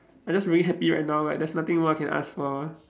I'm just really happy right now like there's nothing more I can ask for